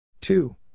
two